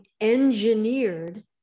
engineered